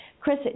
Chris